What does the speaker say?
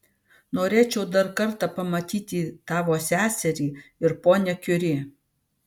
norėčiau dar kartą pamatyti tavo seserį ir ponią kiuri